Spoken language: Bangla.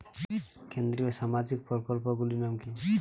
কেন্দ্রীয় সামাজিক প্রকল্পগুলি নাম কি কি?